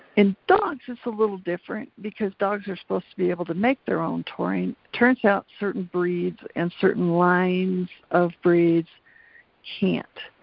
in dogs it's a little different because dogs are supposed to be able to make their own taurine. turns out certain breeds and certain lines of breeds can't,